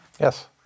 Yes